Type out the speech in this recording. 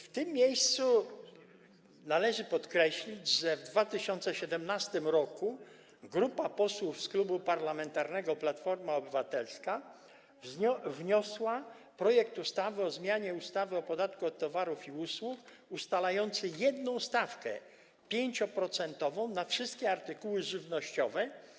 W tym miejscu należy podkreślić, że w 2017 r. grupa posłów z Klubu Parlamentarnego Platforma Obywatelska wniosła projekt ustawy o zmianie ustawy o podatku od towarów i usług ustalający jedną stawkę 5-procentową na wszystkie artykuły żywnościowe.